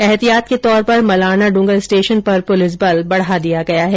ऐहतियात के तौर पर मलारनाड्रंगर स्टेषन पर पुलिस बल बढा दिया गया है